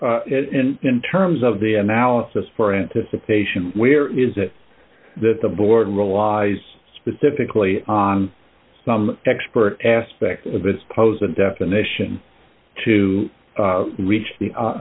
mark in terms of the analysis for anticipation where is it that the board relies specifically on some expert aspect of it pose a definition to reach the